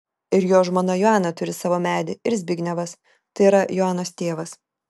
ir jo žmona joana turi savo medį ir zbignevas tai yra joanos tėvas